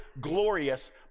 glorious